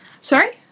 Sorry